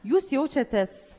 jūs jaučiatės